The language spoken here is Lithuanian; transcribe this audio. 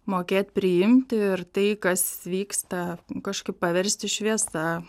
mokėt priimti ir tai kas vyksta kažkaip paversti šviesa